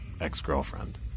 ex-girlfriend